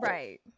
Right